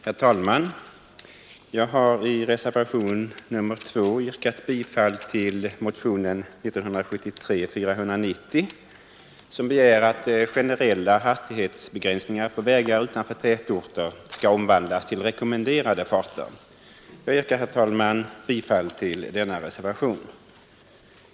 Herr talman! Jag har i reservationen 2 stött motionen 490 vari begärs att generella hastighetsbegränsningar på vägar utanför tätorter skall omvandlas till rekommenderade farter. Jag yrkar, herr talman, bifall till denna reservation.